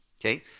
Okay